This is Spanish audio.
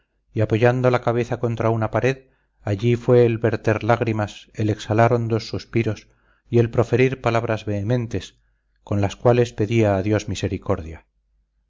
y apoyando la cabeza contra una pared allí fue el verter lágrimas el exhalar hondos suspiros y el proferir palabras vehementes con las cuales pedía a dios misericordia